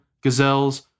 gazelles